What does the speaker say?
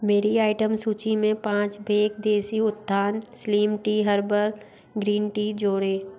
मेरी आइटम सूची में पाँच bag Desi Utthan slim tea herbal green tea जोड़ें